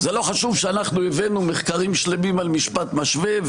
זה לא חשוב שאנחנו הבאנו מחקרים שלמים על משפט משווה,